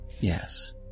yes